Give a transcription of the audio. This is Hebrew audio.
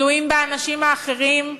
תלויים באנשים האחרים,